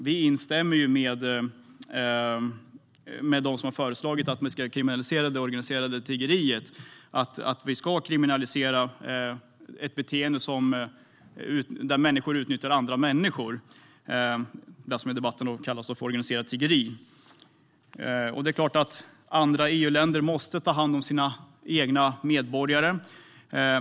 Vi instämmer med dem som har föreslagit att man ska kriminalisera det organiserade tiggeriet. Vi vill kriminalisera ett beteende där människor utnyttjar andra människor - det som i debatten kallas för organiserat tiggeri. Det är klart att andra EU-länder måste ta hand om sina egna medborgare.